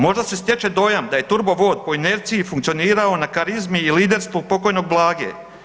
Možda se stječe dojam da je Turbo vod po inerciji funkcioniraju na karizmi i liderstvu pokojnog Blage.